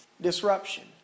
disruption